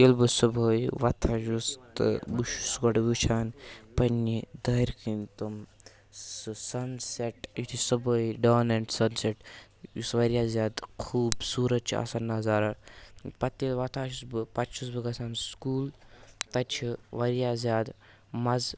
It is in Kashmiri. ییلہ بہ صُبحٲے وَتھان چُھس تہٕ بہ چھُس گوٗڑٕ وٕچھان پَننہ دارِ کِن تٔم سُہ سن سیٚٹ یُتھے صُبحٲے ڈان اینڈ سَن سیٹ یُس واریاہ زیاد خوٗبصورت چھُ آسان نَظارہ پَتہ ییلہ وَتھان چھُس بہ پَتہ چھُس بہ گژھان سکوٗل تَتہ چُھ واریاہ زِیاد مَزٕ